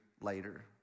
later